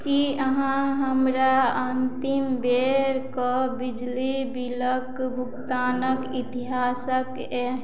की अहाँ हमरा अन्तिम बेरके बिजली बिलक भुगतानक इतिहासक एह